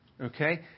okay